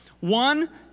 one